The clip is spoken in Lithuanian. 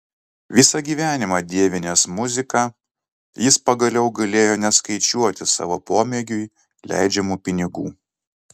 visą gyvenimą dievinęs muziką jis pagaliau galėjo neskaičiuoti savo pomėgiui leidžiamų pinigų